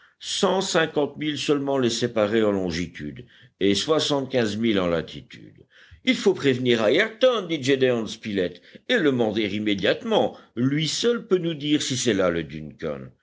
milles seulement les séparaient en longitude et soixante-quinze milles en latitude il faut prévenir ayrton dit gédéon spilett et le mander immédiatement lui seul peut nous dire si c'est là le duncan